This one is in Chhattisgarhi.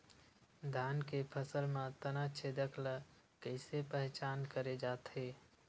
धान के फसल म तना छेदक ल कइसे पहचान करे जाथे?